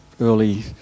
early